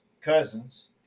cousins